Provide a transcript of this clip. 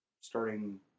starting